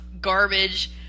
garbage